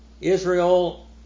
Israel